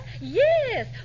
Yes